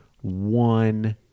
one